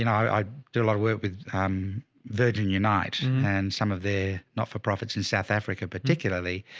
you know i did a lot of work with virgin unite and some of the not for profits in south africa particularly.